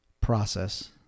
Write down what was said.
process